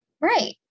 right